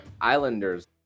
Islanders